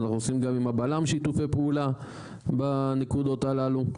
אנחנו עושים גם עם הבל"מ שיתופי פעולה בנקודות הללו.